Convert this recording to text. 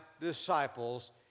disciples